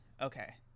Okay